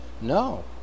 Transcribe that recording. No